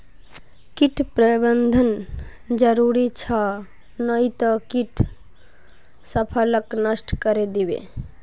कीट प्रबंधन जरूरी छ नई त कीट फसलक नष्ट करे दीबे